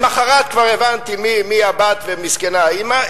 למחרת כבר הבנתי מי הבת ומסכנה האמא.